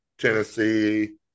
Tennessee